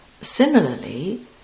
Similarly